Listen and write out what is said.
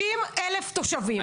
30,000 תושבים,